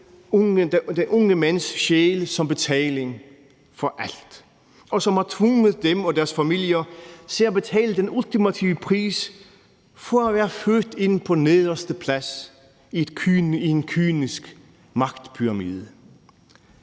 unge mænds sjæl som betaling for alt, og som har tvunget dem og deres familier til at betale den ultimative pris for at være født ind på nederste plads i en kynisk magtpyramide.